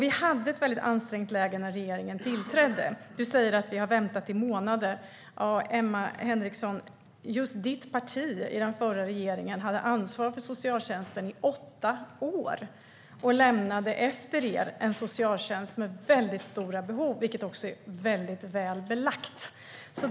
Vi hade ett mycket ansträngt läge när regeringen tillträdde. Du säger att vi har väntat i månader, Emma Henriksson, men just ditt parti hade ansvar i regeringen för socialtjänsten i åtta år. Ni lämnade efter er en socialtjänst med stora behov, vilket är väl belagt.